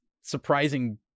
surprising